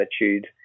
attitude